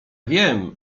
wiem